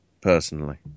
personally